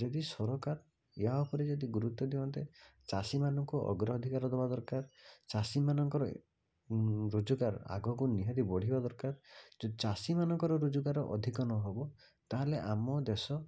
ଯଦି ସରକାର ଏହା ଉପରେ ଯଦି ଗୁରୁତ୍ୱ ଦିଅନ୍ତେ ଚାଷୀମାନଙ୍କୁ ଅଗ୍ର ଅଧିକାର ଦେବା ଦରକାର ଚାଷୀମାନଙ୍କର ରୋଜଗାର ଆଗକୁ ନିହାତି ବଢ଼ିବା ଦରକାର ଯ ଚାଷୀ ମାନଙ୍କର ରୋଜଗାର ଅଧିକ ନ ହେବ ତାହେଲେ ଆମ ଦେଶ